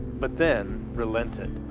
but then relented.